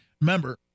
Remember